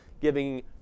giving